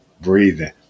breathing